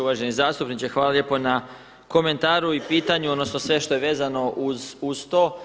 Uvaženi zastupniče, hvala lijepo na komentaru i pitanju odnosno sve što je vezano uz to.